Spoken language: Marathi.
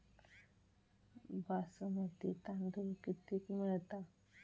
बासमती तांदूळ कितीक मिळता?